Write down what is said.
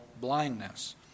blindness